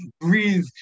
breathe